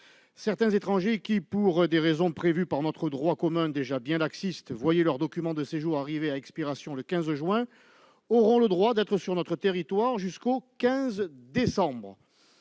Certains étrangers qui, pour des raisons prévues par notre droit commun déjà bien laxiste, voyaient leurs documents de séjour arriver à expiration le 15 juin auront le droit d'être sur notre territoire jusqu'au 15 décembre.